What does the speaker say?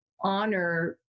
honor